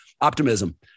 optimism